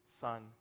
Son